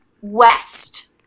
west